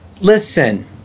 Listen